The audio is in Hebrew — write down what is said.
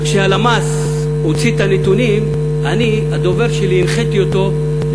וכשהלמ"ס הוציא את הנתונים הנחיתי את הדובר